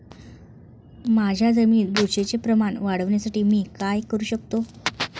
माझ्या जमिनीत बुरशीचे प्रमाण वाढवण्यासाठी मी काय करू शकतो?